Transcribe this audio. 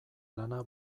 lana